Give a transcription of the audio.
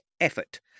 effort